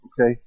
Okay